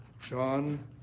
john